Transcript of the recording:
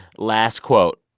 last quote